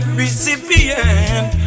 recipient